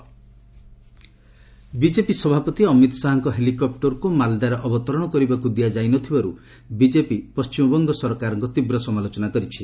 BJP ଡବ୍ଲ୍ୟବିସି Shah BJP ସଭାପତି ଅମିତ୍ ଶାହାଙ୍କ ହେଲିକପ୍ଟରକୁ ମାଲ୍ଦାରେ ଅବତରଣ କରିବାକୁ ଦିଆଯାଇ ନ ଥିବାରୁ ବିକେପି ପଣ୍ଢିମବଙ୍ଗ ସରକାରଙ୍କ ତୀବ୍ର ସମାଲୋଚନା କରିଛି